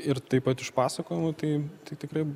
ir taip pat iš pasakojimų tai tikrai